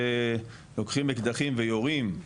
שלוקחים אקדחים ויורים.